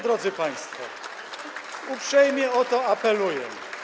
Drodzy państwo, uprzejmie o to apeluję.